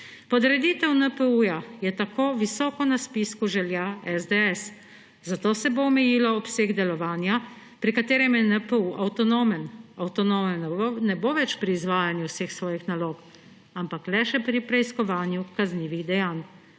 Podreditev NPU je tako visoko na spisku želja SDS, zato se bo omejil obseg delovanja, pri katerem je NPU avtonomen. Avtonomen ne bo več pri izvajanju vseh svojih nalog, ampak le še pri preiskovanju kaznivih dejanj.